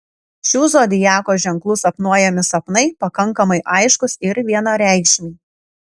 šių zodiako ženklų sapnuojami sapnai pakankamai aiškūs ir vienareikšmiai